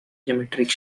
geometric